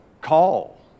call